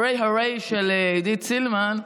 Hurray, Hurray, של עידית סילמן.